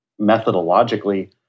methodologically